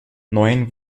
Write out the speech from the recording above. neuen